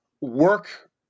Work